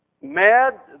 mad